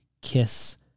kiss